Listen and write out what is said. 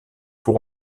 pour